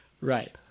Right